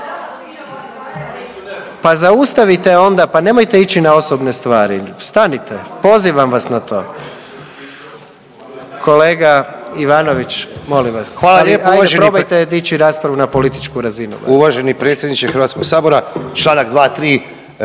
Pa zaustavite onda, pa nemojte ići na osobne stvari. Stanite, pozivam vas na to. Kolega Ivanović molim vas. Ali hajde probajte dići raspravu na političku razinu. **Ivanović, Goran (HDZ)** Uvaženi predsjedniče Hrvatskog sabora članak 238.